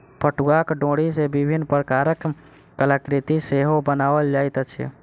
पटुआक डोरी सॅ विभिन्न प्रकारक कलाकृति सेहो बनाओल जाइत अछि